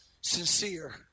sincere